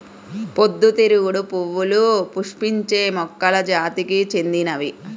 పొద్దుతిరుగుడు పువ్వులు పుష్పించే మొక్కల జాతికి చెందినవి